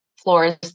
floors